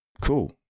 cool